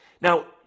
Now